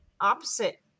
opposite